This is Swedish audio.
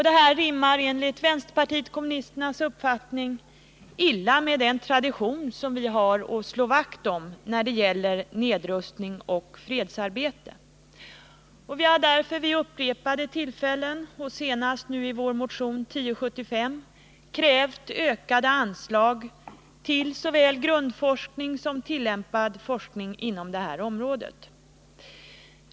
Detta rimmar enligt vänsterpartiet kommunisternas uppfattning illa med den tradition Sverige har att slå vakt om när det gäller nedrustning och fredsarbete. Vi har därför vid upprepade tillfällen, senast i vår motion 1075, krävt ökade anslag till såväl grundforskning som tillämpad forskning inom detta område.